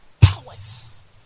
powers